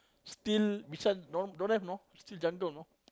still beside don't don't have know still jungle you know